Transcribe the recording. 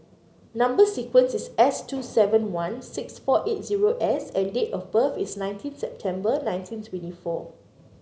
number sequence is S two seven one six four eight zero S and date of birth is nineteen September nineteen twenty four